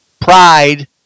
Pride